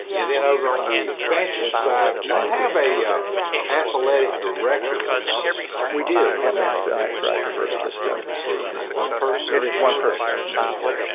and then over on the expansion side, do you have a yeah athletic director for the system? we do have an athletic director for the system for is it one person it is one person, okay.